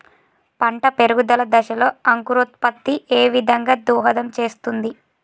పంట పెరుగుదల దశలో అంకురోత్ఫత్తి ఏ విధంగా దోహదం చేస్తుంది?